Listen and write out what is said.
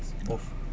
both